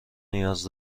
نیاز